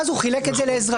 ואז הוא חילק את זה לאזרחים.